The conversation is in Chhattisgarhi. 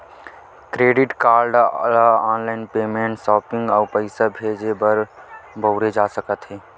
क्रेडिट कारड ल ऑनलाईन पेमेंट, सॉपिंग अउ पइसा भेजे बर बउरे जा सकत हे